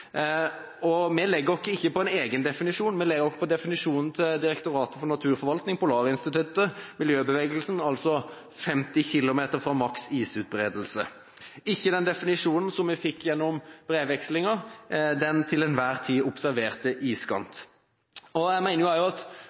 saken. Vi legger oss ikke på en egen definisjon, vi legger oss på definisjonen til Direktoratet for naturforvaltning, Polarinstituttet, miljøbevegelsen, altså 50 km fra maksimal isutbredelse – ikke den definisjonen som vi fikk gjennom brevvekslingen: «den til enhver tid observerte iskant». Når vi nå så hvem som fikk utdelt tillatelse i 22. konsesjonsrunde, så en at